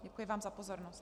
Děkuji vám za pozornost.